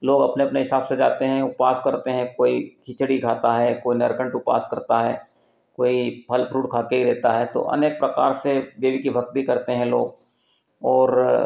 लोग अपने अपने हिसाब से जाते हैं उपवास करते हैं कोई खिचड़ी खाता है कोई नर कंठ उपवास करता है कोई फल फ्रूट खा कर ही रहता है तो अनेक प्रकार से देवी की भक्ति करते हैं लोग और